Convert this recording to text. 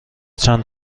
چند